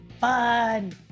Fun